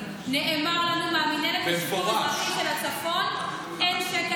נאמר לנו מהמינהלת של הצפון שאין שקל